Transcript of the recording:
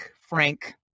frank